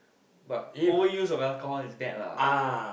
but overuse of alcohol is bad lah